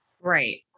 Right